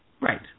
Right